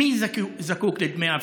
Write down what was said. מי זקוק לדמי אבטלה?